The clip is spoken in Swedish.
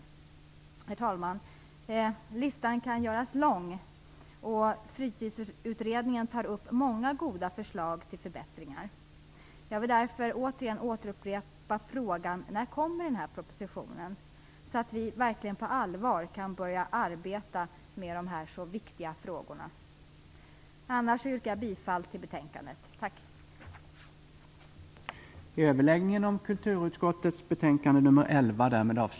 Herr talman! Listan kan göras lång, och Fritidsutredningen tar upp många goda förslag till förbättringar. Jag vill därför upprepa frågan om när propositionen kommer, så att vi verkligen på allvar kan börja arbeta med de här så viktiga frågorna. Jag yrkar bifall till utskottets hemställan.